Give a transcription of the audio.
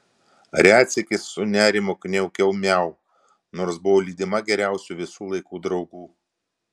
retsykiais su nerimu kniaukiau miau nors buvau lydima geriausių visų laikų draugų